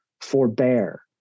forbear